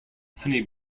honey